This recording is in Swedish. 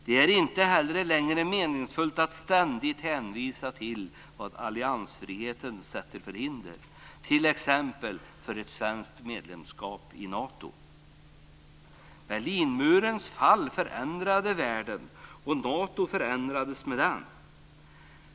Det är inte heller längre meningsfullt att ständigt hänvisa till vad alliansfriheten sätter för hinder t.ex. för ett svenskt medlemskap i Nato. Berlinmurens fall förändrade världen, och Nato förändrades med den.